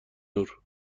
نور